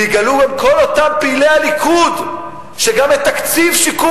ויגלו גם כל אותם פעילי הליכוד שגם את תקציב שיקום